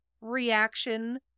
reaction